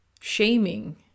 Shaming